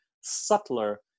subtler